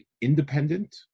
independent